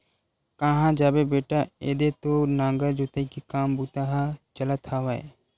काँहा जाबे बेटा ऐदे तो नांगर जोतई के काम बूता ह चलत हवय